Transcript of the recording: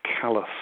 callous